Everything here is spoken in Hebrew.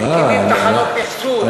מקימים תחנות מיחזור אה,